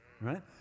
right